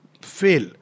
fail